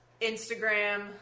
Instagram